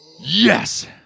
Yes